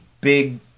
big